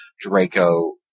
Draco